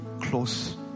close